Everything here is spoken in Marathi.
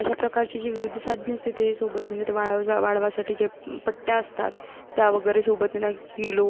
अशा प्रकारची जी विविध साधने असते ते सोबत घेऊन येते वाळवजा वाळवासाठी जे पट्ट्या असतात त्या वगैरे सोबत न किलो